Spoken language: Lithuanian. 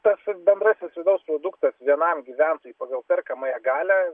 tas bendrasis vidaus produktas vienam gyventojui pagal perkamąją galią